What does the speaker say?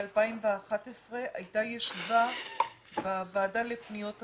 הייתה ב-2011 ישיבה בוועדה לפניות הציבור.